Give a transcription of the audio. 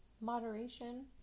Moderation